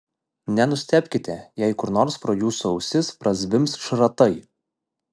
nenustebkite jei kur nors pro jūsų ausis prazvimbs šratai